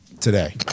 Today